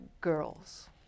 girls